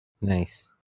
Nice